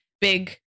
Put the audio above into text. big